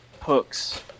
Hooks